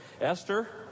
Esther